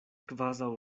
kvazaŭ